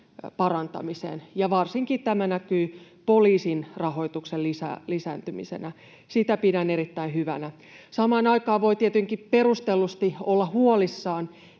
parantamiseksi. Varsinkin tämä näkyy poliisin rahoituksen lisääntymisenä. Sitä pidän erittäin hyvänä. Samaan aikaan voi tietenkin perustellusti olla huolissaan